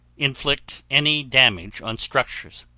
inflict any damage on structures.